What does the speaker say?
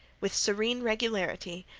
with serene regularity,